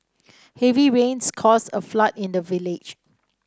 heavy rains caused a flood in the village